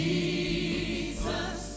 Jesus